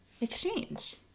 exchange